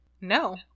No